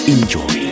Enjoy